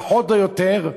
פחות או יותר,